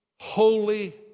holy